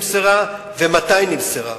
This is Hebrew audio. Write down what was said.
ומתי נמסרה.